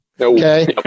Okay